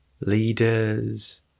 Leaders